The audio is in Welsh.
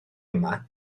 yma